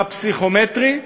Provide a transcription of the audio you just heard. בפסיכומטרי,